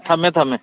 ꯊꯝꯃꯦ ꯊꯝꯃꯦ